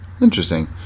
Interesting